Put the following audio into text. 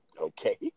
Okay